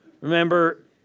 Remember